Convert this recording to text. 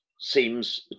seems